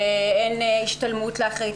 אין השתלמות לאחראית,